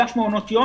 אגף מעונות יום,